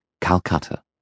Calcutta